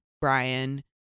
Brian